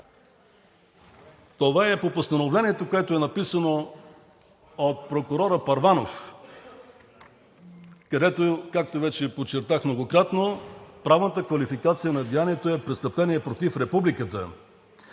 Това е по постановлението, което е написано от прокурора Първанов, където, както вече подчертах многократно, правната квалификация на деянието е престъпление против републиката.